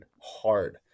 hard